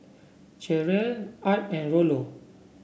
Cherrelle Art and Rollo